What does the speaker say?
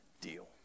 deal